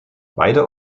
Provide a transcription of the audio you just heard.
beide